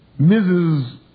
Mrs